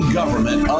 government